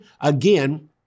again